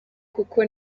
kuko